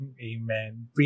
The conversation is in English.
Amen